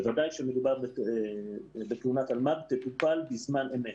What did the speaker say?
בוודאי כאשר מדובר בתלונת אלמ"ב תטופל בזמן אמת.